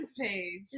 page